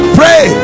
pray